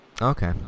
Okay